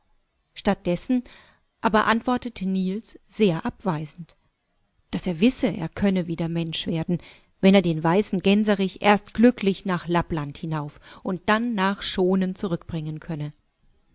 dessen aber antwortete niels sehr abweisend daß er wisse er könne wieder mensch werden wenn er den weißen gänserich erst glücklich nach lappland hinauf und dann nach schoonenzurückbringenkönne